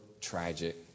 tragic